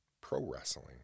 pro-wrestling